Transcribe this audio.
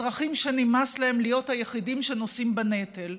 אזרחים שנמאס להם להיות היחידים שנושאים בנטל.